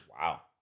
Wow